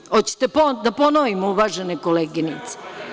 Da li hoćete da ponovim, uvažene koleginice?